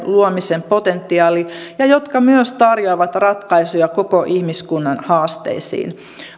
luomisen potentiaali ja jotka myös tarjoavat ratkaisuja koko ihmiskunnan haasteisiin